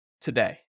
today